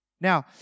Now